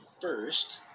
first